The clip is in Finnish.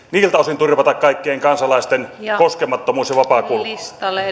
siltä osin turvata kaikkien kansalaisten koskemattomuus ja vapaa kulku listalle